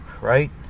right